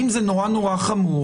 אם זה נורא נורא חמור,